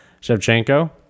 Shevchenko